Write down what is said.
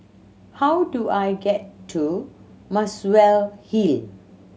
how do I get to Muswell Hill